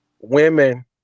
women